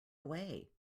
away